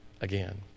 again